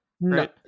Right